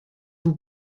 vous